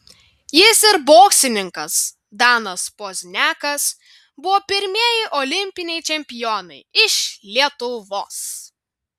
jis ir boksininkas danas pozniakas buvo pirmieji olimpiniai čempionai iš lietuvos